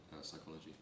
psychology